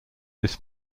this